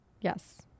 Yes